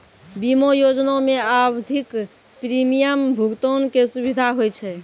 बीमा योजना मे आवधिक प्रीमियम भुगतान के सुविधा होय छै